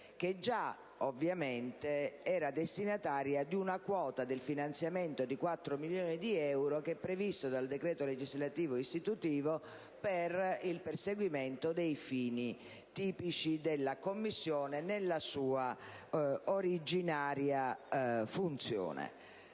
ovviamente già destinataria di una quota del finanziamento di 4 milioni di euro previsto dal decreto legislativo istitutivo per il perseguimento dei fini tipici della Commissione nella sua originaria funzione.